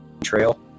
trail